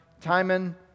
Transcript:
Timon